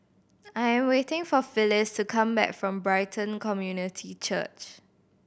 I'm waiting for Phylis to come back from Brighton Community Church